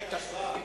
הצבעה.